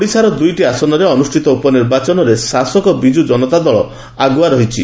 ଓଡ଼ିଶାର ଦୁଇଟି ଆସନରେ ଅନୁଷ୍ଠିତ ଉପନିର୍ବାଚନରେ ଶାସକ ବିଜୁ ଜନତା ଦଳ ଆଗୁଆ ରହିଛି